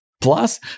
Plus